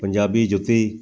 ਪੰਜਾਬੀ ਜੁੱਤੀ